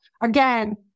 Again